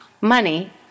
money